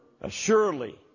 assuredly